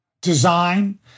design